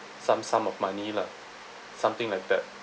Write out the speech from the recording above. sum sum of money lah something like that